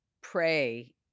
pray